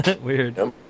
weird